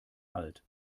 alt